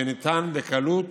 שניתן בקלות